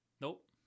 Nope